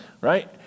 right